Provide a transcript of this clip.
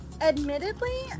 Admittedly